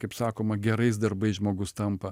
kaip sakoma gerais darbais žmogus tampa